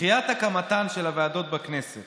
דחיית הקמתן של הוועדות בכנסת